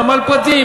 נמל פרטי,